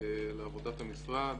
לעבודת המשרד,